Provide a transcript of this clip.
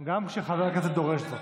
גם כשחבר הכנסת דורש זאת.